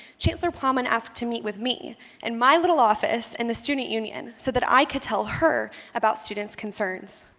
chancellor plowman asked to meet with me in and my little office in the student union so that i could tell her about students' concerns.